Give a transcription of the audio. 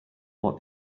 what